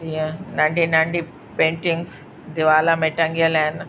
जीअं नंढी नंढी पेंटिंग्स दीवारनि में टंगियल आहिनि